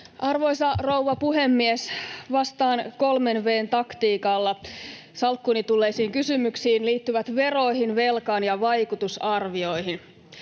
Arvoisa rouva puhemies! Vastaan kolmen V:n taktiikalla salkkuuni tulleisiin kysymyksiin, jotka liittyvät veroihin, velkaan ja vaikutusarvioihin.